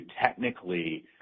technically